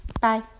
Bye